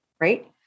right